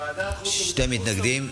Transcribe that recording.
שני מתנגדים.